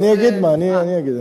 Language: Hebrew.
אני אגיד.